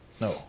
No